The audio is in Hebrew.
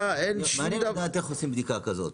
מעניין לדעת איך עושים בדיקה כזאת,